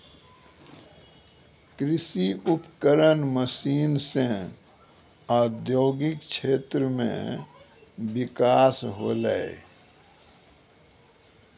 कृषि उपकरण मसीन सें औद्योगिक क्षेत्र म बिकास होलय